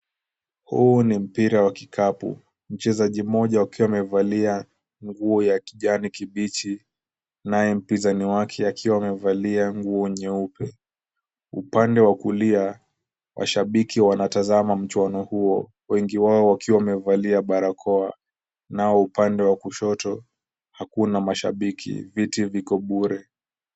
Huu ni mpira wa kikapu, mchezaji mmoja akiwa amevalia nguo ya kijani kibichi, naye mpinzani wake akiwa amevalia nguo nyeupe. Upande wa kulia mashabiki wanatazama mchuano huo, wengi wao wakiwa wamevalia barakoa. Nao upande wa kushoto hakuna mashabiki, viti viko bure.